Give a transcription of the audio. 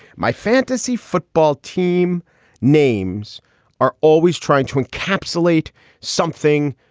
my fantasy football team names are always trying to encapsulate something,